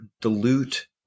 dilute